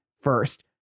first